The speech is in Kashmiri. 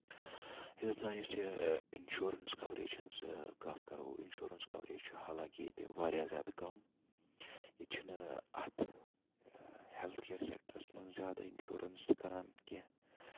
یوتانۍ أسۍ یہِ اِنشورَنس کَوریج ہنٛز کَتھ کر اِنشورَنس کِوریج چھُ حالنٛکہِ ییٚتہِ واریاہ زیادٕ کَم ییٚتہِ چھُ نہٕ اَتھ ہیٚلٕتھ کِیر سیکٹرَس منٛز زیادٕ اِنشورَنس تہِ کران کیٚنہہ